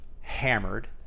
hammered